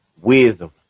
wisdom